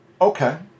Okay